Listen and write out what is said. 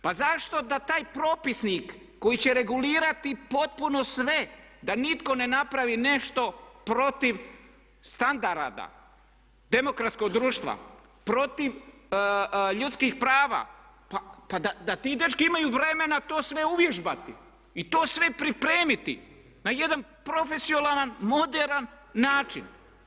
Pa zašto da taj propisnik koji će regulirati potpuno sve da nitko ne napravi nešto protiv standarda demokratskog društva, protiv ljudskih prava pa da ti dečki imaju vremena to sve uvježbati i to sve pripremiti na jedan profesionalan moderan način.